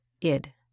id